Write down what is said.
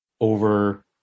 over